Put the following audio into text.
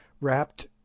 wrapped